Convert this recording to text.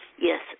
Yes